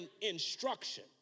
instruction